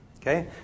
okay